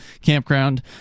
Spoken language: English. campground